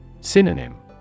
Synonym